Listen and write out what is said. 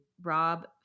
Rob